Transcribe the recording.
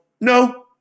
No